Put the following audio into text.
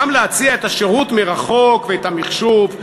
גם להציע את השירות מרחוק ואת המחשוב?